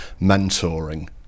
mentoring